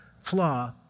flaw